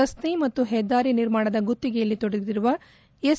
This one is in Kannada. ರಸ್ತೆ ಮತ್ತು ಹೆದ್ದಾರಿ ನಿರ್ಮಾಣದ ಗುತ್ತಿಗೆಯಲ್ಲಿ ತೊಡಗಿರುವ ಎಸ್